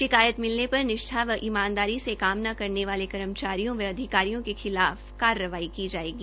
शिकायत मिलने पर निष्ठा व ईमानदारी से काम न करने वाले कर्मचारियों व अधिकारियों के खिलाफ कार्यवाई की जायेगी